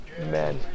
Amen